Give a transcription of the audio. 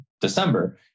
December